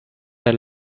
der